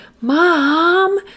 mom